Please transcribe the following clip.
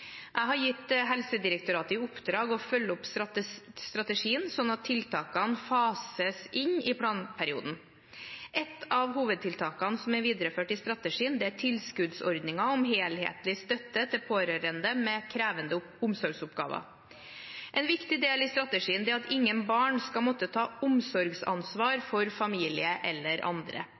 Jeg har gitt Helsedirektoratet i oppdrag å følge opp strategien, slik at tiltakene fases inn i planperioden. Et av hovedtiltakene som er videreført i strategien, er tilskuddsordningen om helhetlig støtte til pårørende med krevende omsorgsoppgaver. En viktig del av strategien er at ingen barn skal måtte ta omsorgsansvar for familie eller andre.